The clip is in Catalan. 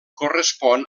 correspon